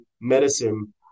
medicine